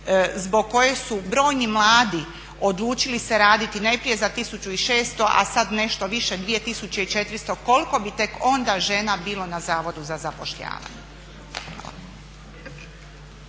zbog koje su brojni mladi odlučili se raditi najprije za 1600, a sad nešto više 2400. Koliko bi tek onda žena bilo na Zavodu za zapošljavanje?